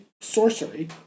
Sorcery